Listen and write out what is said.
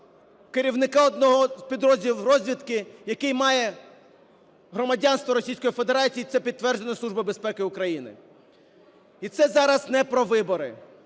керівника одного з підрозділів розвідки, який має громадянство Російської Федерації, і це підтверджено Службою безпеки України. І це зараз не про вибори.